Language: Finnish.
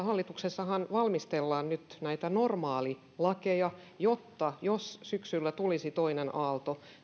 hallituksessa valmistellaan näitä normaalilakeja jotta jos syksyllä tulisi toinen aalto